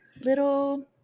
little